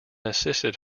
assists